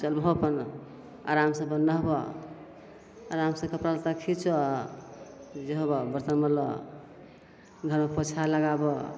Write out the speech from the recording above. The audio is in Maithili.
चलबहो अपन आरामसे अपन नहबऽ आरामसे कपड़ा लत्ता खिचऽ जे हबऽ बरतन मलऽ घरमे पोछा लगाबऽ